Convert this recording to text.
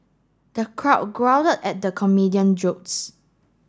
the crowd at the comedian jokes